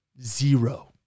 Zero